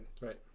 Right